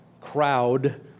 crowd